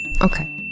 okay